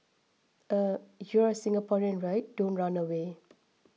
you're Singaporean right don't run away